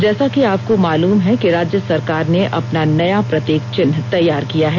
जैसा कि आपको मालूम है कि राज्य सरकार ने अपना नया प्रतीक चिह्न तैयार किया है